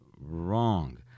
wrong